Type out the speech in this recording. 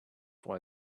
why